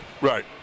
Right